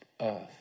earth